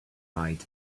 eyed